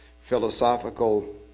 philosophical